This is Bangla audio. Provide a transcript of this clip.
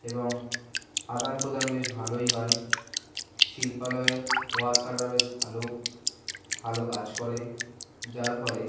এবং আদান প্রদান বেশ ভালোই হয় শিল্পালয়ের ওয়ার্কাররা বেশ ভালো ভালো কাজ করে যার ফলে